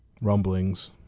rumblings